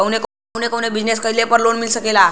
कवने कवने बिजनेस कइले पर लोन मिल सकेला?